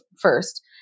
first